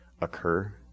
occur